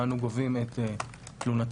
אנו גובים את תלונתה,